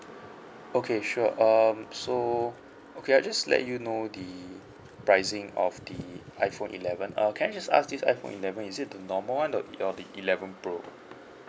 okay sure um so okay I'll just let you know the pricing of the iphone eleven uh can I just ask this iphone eleven is it the normal one or or the eleven pro